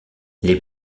les